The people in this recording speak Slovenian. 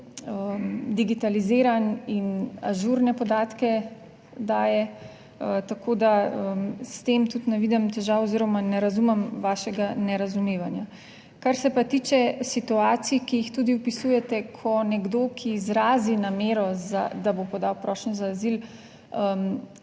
digitaliziran in ažurne podatke daje, tako da s tem tudi ne vidim težav oziroma ne razumem vašega nerazumevanja. Kar se pa tiče situacij, ki jih tudi opisujete, ko nekdo, ki izrazi namero, da bo podal prošnjo za azil,